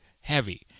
heavy